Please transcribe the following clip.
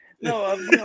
No